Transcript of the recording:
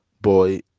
boy